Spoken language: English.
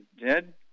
dead